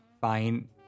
Fine